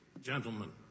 gentlemen